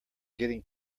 getting